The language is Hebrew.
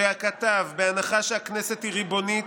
שכתב: "בהנחה שהכנסת היא ריבונית,